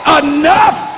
enough